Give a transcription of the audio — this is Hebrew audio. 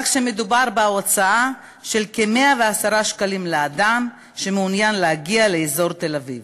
כך שמדובר בהוצאה של כ-110 שקלים לאדם שמעוניין להגיע לאזור תל-אביב,